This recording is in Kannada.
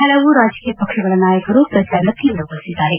ಹಲವು ರಾಜಕೀಯ ಪಕ್ಷಗಳ ನಾಯಕರು ಪ್ರಚಾರ ತೀವ್ರಗೊಳಿಸಿದ್ದಾರೆ